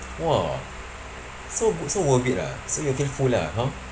!wah! so good so worth it ah so full lah hor